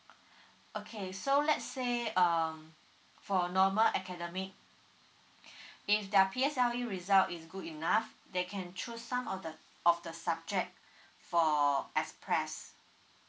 okay so let's say um for normal academic if their P_S_L_E result is good enough they can choose some of the of the subject for express